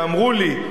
ואמרו לי,